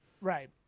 right